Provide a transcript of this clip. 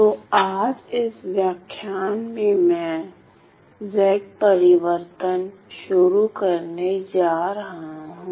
तो आज इस व्याख्यान में मैं Z परिवर्तन शुरू करने जा रहा हूं